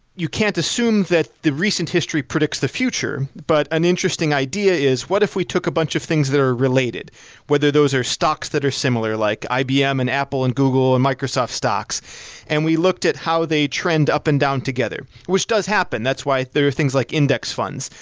you can't assume that the recent history predicts the future, but an interesting idea is what if we took a bunch of things that are related whether those are stocks that are similar, like ibm and apple and google and microsoft stocks and we looked at how they trend up and down together, which does happen. that's why there are things like index funds,